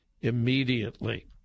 immediately